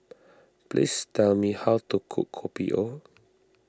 please tell me how to cook Kopi O